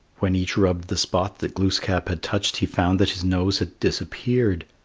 when each rubbed the spot that glooskap had touched, he found that his nose had disappeared.